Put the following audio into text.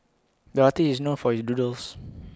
the artist is known for his doodles